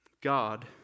God